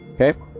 Okay